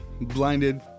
blinded